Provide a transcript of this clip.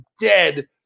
dead